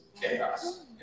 chaos